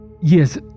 Yes